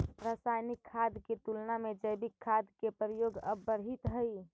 रासायनिक खाद के तुलना में जैविक खाद के प्रयोग अब बढ़ित हई